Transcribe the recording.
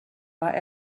war